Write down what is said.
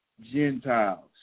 Gentiles